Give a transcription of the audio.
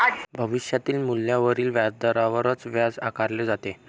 भविष्यातील मूल्यावरील व्याजावरच व्याज आकारले जाते